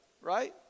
right